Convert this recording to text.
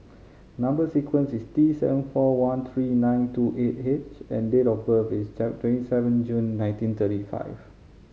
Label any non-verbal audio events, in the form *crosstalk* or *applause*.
number sequence is T seven four one three nine two eight H and date of birth is *unintelligible* twenty seven June nineteen thirty five